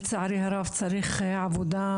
לצערי הרב, צריך עבודה